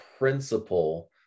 principle